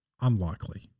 Unlikely